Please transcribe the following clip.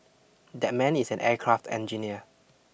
that man is an aircraft engineer